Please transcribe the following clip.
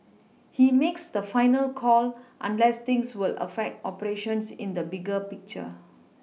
he makes the final call unless things will affect operations in the bigger picture